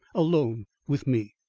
alone with me.